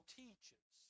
teaches